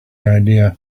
idea